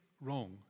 wrong